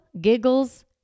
giggles